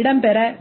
இடம்பெற வேண்டும்